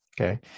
Okay